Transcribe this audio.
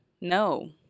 No